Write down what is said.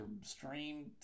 stream